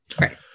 Right